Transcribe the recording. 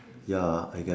ya I guess